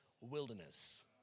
wilderness